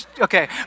Okay